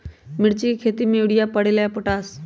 मिर्ची के खेती में यूरिया परेला या पोटाश?